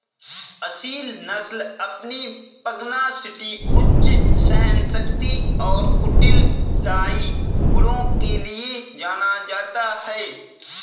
असील नस्ल अपनी पगनासिटी उच्च सहनशक्ति और कुटिल लड़ाई गुणों के लिए जाना जाता है